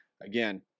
again